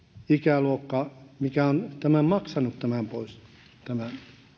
ikäluokka mikä on maksanut pois tämän